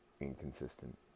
inconsistent